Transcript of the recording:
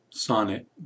Sonnet